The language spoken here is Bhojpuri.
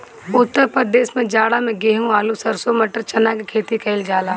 उत्तर प्रदेश में जाड़ा में गेंहू, आलू, सरसों, मटर, चना के खेती कईल जाला